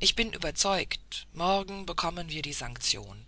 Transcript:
ich bin überzeugt morgen bekommen wir die sanktion